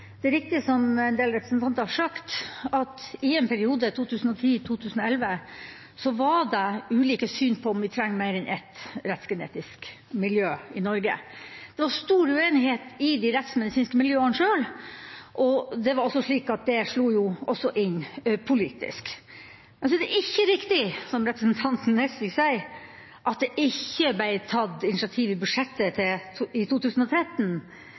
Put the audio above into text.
Det er riktig som en del representanter har sagt, at i en periode, 2010/2011, var det ulike syn på om vi trenger mer enn ett rettsgenetisk miljø i Norge. Det var stor uenighet i de rettsmedisinske miljøene sjøl, og det var slik at det slo inn også politisk. Så er det ikke riktig, som representanten Nesvik sier, at det ikke ble tatt initiativ i budsjettet i 2013